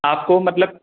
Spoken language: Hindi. आपको मतलब